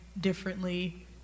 differently